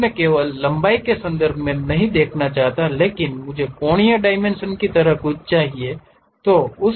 अब मैं केवल लंबाई के संदर्भ में नहीं चाहता हूं लेकिन मुझे कोणीय डायमेंशन की तरह कुछ चाहिए यह है